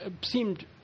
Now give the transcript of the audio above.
seemed